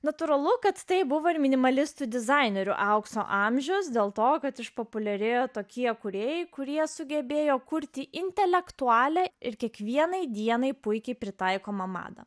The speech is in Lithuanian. natūralu kad tai buvo ir minimalistų dizainerių aukso amžiaus dėl to kad išpopuliarėjo tokie kūrėjai kurie sugebėjo kurti intelektualią ir kiekvienai dienai puikiai pritaikoma madą